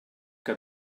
que